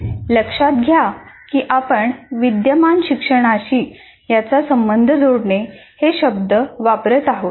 लक्षात घ्या की आपण 'विद्यमान शिक्षणाशी याचा संबंध जोडणे' हे शब्द वापरत आहोत